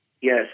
Yes